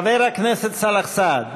חבר הכנסת סאלח סעד,